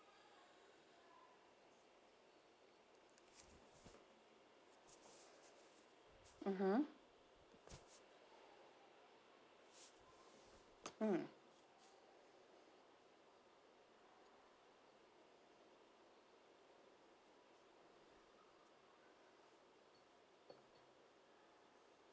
mmhmm mm